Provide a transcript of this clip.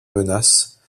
menace